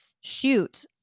shoot